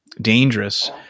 dangerous –